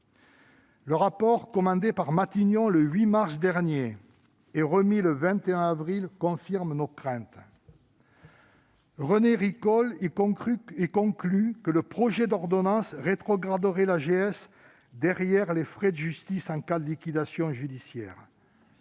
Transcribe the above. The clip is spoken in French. Le rapport commandé par Matignon le 8 mars dernier et remis le 21 avril confirme nos craintes. René Ricol y conclut que le projet d'ordonnance rétrograderait l'AGS derrière les frais de justice en cas de liquidation judiciaire.